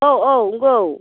औ औ नोंगौ